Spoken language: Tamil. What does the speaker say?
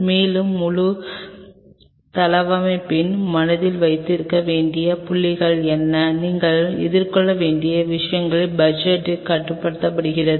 எனவே முழு தளவமைப்பிலும் மனதில் வைத்திருக்க வேண்டிய புள்ளிகள் என்ன நீங்கள் எதிர்கொள்ளும் விஷயங்களை பட்ஜெட் கட்டுப்படுத்துகிறது